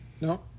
No